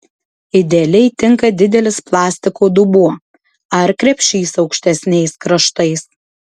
idealiai tinka didelis plastiko dubuo ar krepšys aukštesniais kraštais